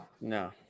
No